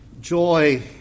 Joy